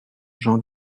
j’en